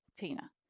Tina